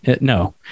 No